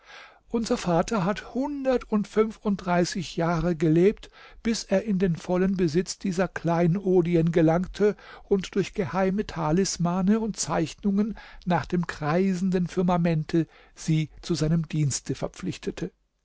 unser vater hat hundertundfünfundreißig jahre gelebt bis er in den vollen besitz dieser kleinodien gelangte und durch geheime talismane und zeichnungen nach dem kreisenden firmamente sie zu seinem dienste verpflichtete